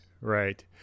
Right